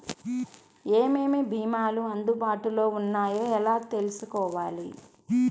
ఏమేమి భీమాలు అందుబాటులో వున్నాయో ఎలా తెలుసుకోవాలి?